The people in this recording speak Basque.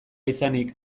izanik